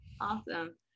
awesome